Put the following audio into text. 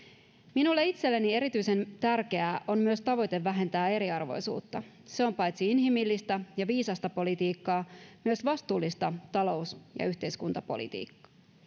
minulle itselleni erityisen tärkeää on myös tavoite vähentää eriarvoisuutta se on paitsi inhimillistä ja viisasta politiikkaa myös vastuullista talous ja yhteiskuntapolitiikkaa